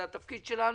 זה התפקיד שלנו.